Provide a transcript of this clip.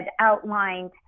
outlined